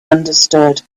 understood